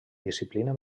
disciplina